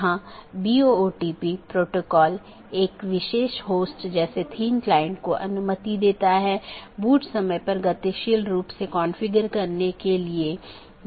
यदि स्रोत या गंतव्य में रहता है तो उस विशेष BGP सत्र के लिए ट्रैफ़िक को हम एक स्थानीय ट्रैफ़िक कहते हैं